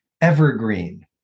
evergreen